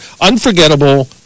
unforgettable